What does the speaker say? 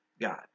God